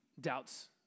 doubts